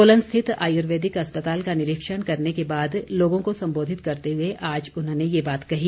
सोलन स्थित आयुर्वेदिक अस्पताल का निरीक्षण करने के बाद लोगों को सम्बोधित करते हुए आज उन्होंने ये बात कही